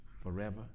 forever